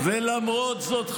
ולמרות זאת,